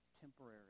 temporary